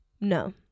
No